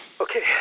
Okay